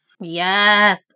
Yes